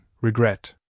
regret